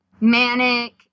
manic